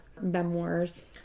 memoirs